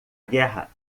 guerra